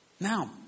Now